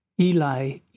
Eli